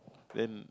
then